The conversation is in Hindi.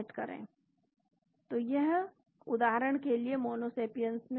सबमिट करें